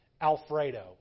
Alfredo